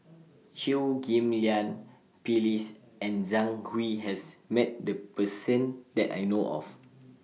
Chew Ghim Lian Phyllis and Zhang Hui has Met The Person that I know of